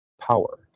power